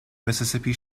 mississippi